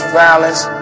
violence